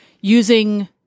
Using